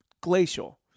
glacial